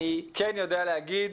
אבל אני כן יודע להגיד,